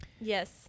Yes